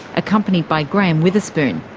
accompanied by graham witherspoon,